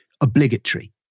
obligatory